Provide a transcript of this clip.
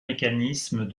mécanisme